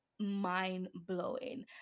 mind-blowing